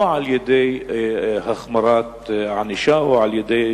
ולא על-ידי החמרת הענישה או על-ידי